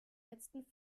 letzten